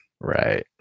Right